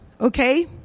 Okay